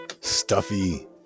stuffy